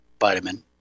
vitamin